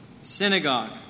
synagogue